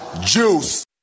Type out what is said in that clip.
juice